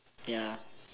ya